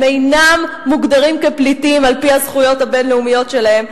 הם אינם מוגדרים כפליטים על-פי הזכויות הבין-לאומיות שלהם.